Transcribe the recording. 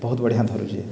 ବହୁତ୍ ବଢ଼ିଆଁ ଧରୁଛେ